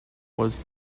was